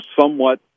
somewhat